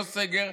לא סגר,